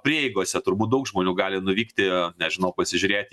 prieigose turbūt daug žmonių gali nuvykti nežinau pasižiūrėt